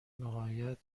نهایت